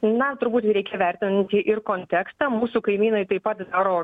na turbūt reikia vertinti ir kontekstą mūsų kaimynai taip pat daro